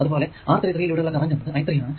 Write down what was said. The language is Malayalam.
അതുപോലെ R33 ലൂടെ ഉള്ള കറന്റ് എന്നത് i3 ആണ്